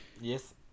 yes